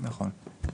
נכון.